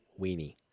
weenie